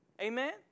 Amen